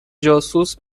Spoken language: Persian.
جاسوس